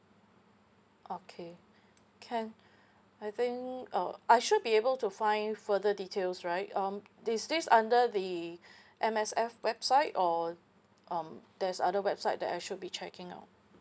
okay can I think uh I should be able to find further details right um is this this under the M_S_F website or um there's other website that I should be checking out